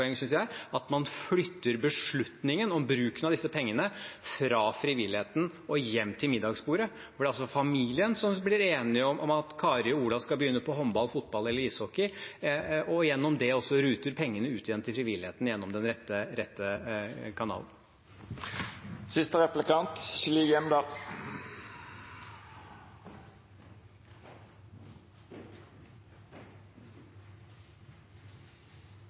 at man flytter beslutningen om bruken av disse pengene fra frivilligheten og hjem til middagsbordet. For det er altså familien som blir enige om at Kari og Ola skal begynne på håndball, fotball eller ishockey – og gjennom det ruter pengene ut igjen til frivilligheten, gjennom den rette